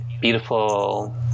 beautiful